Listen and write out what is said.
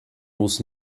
muss